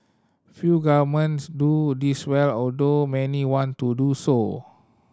few governments do this well although many want to do so